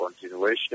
continuation